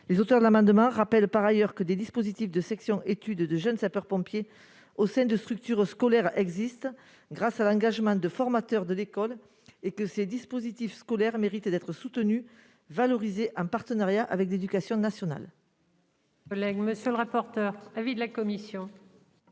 Les auteurs de l'amendement rappellent par ailleurs que des dispositifs de section d'études de jeunes sapeurs-pompiers au sein de structures scolaires existent, grâce à l'engagement de formateurs de l'école. Ils méritent d'être soutenus et valorisés, en partenariat avec l'éducation nationale.